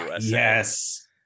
yes